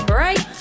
right